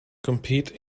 compete